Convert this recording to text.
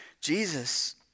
Jesus